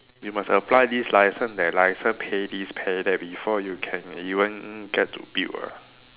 you must apply this licence that licence pay this pay that before you can even get to build ah